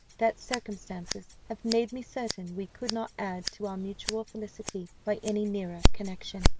that circumstances have made me certain we could not add to our mutual felicity by any nearer connexion.